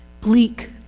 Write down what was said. bleak